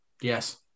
Yes